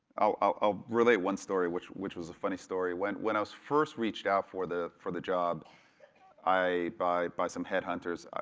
i'll relate one story, which which was a funny story. when when i was first reached out for the for the job by by some headhunters,